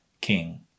King